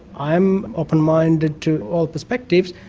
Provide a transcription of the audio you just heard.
i'm open minded to all perspectives.